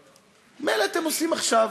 מילא, אתם עושים עכשיו.